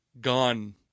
gone